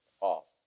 off